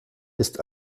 ist